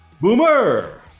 Boomer